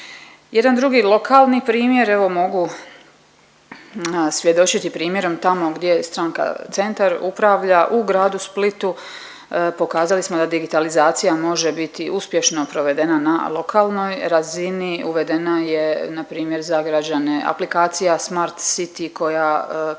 Jedan drugi lokalni primjer evo mogu svjedočiti primjerom tamo gdje stranka Centar upravlja u grada Splitu pokazali smo da digitalizacija može biti uspješno provedena na lokalnoj razini. Uvedena je npr. za građane aplikacija smart city koja povezuje